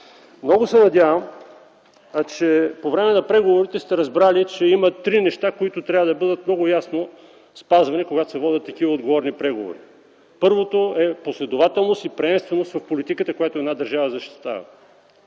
Много се надявам, че по време на преговорите сте разбрали, че има три неща, които трябва да бъдат много ясно спазвани, когато се водят такива отговорни преговори. Първото е последователност и приемственост в политиката, която една държава защитава.